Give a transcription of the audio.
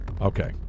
Okay